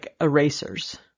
erasers